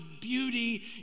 beauty